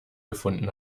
gefunden